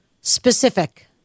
Specific